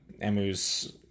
emu's